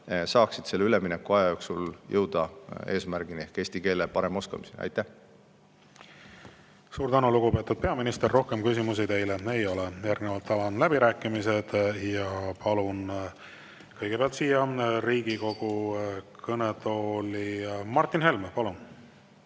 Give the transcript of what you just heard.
saaksid selle üleminekuaja jooksul jõuda eesmärgini ehk eesti keele parema oskamiseni. Suur tänu, lugupeetud peaminister! Rohkem küsimusi teile ei ole. Järgnevalt avan läbirääkimised ja palun kõigepealt siia Riigikogu kõnetooli Martin Helme.